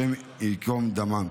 השם ייקום דמו.